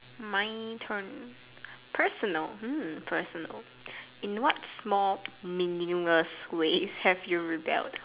my turn personal hmm personal in what small meaningless ways have you rebelled